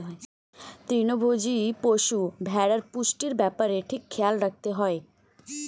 তৃণভোজী পশু, ভেড়ার পুষ্টির ব্যাপারে ঠিক খেয়াল রাখতে হয়